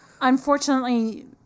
Unfortunately